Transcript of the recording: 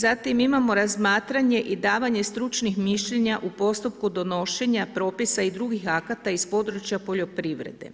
Zatim imamo razmatranje i davanje stručnih mišljenja u postupku donošenja propisa i drugih akata iz područja poljoprivrede,